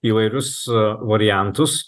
įvairius variantus